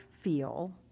feel